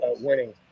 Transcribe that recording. winning